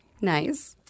Nice